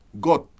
God